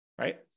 right